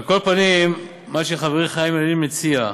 על כל פנים, מה שחברי חיים ילין הציע,